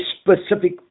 specific